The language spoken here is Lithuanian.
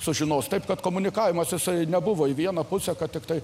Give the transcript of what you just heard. sužinos taip kad komunikavimas jisai nebuvo į vieną pusę kad tiktai